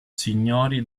signori